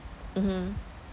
mmhmm